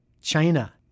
China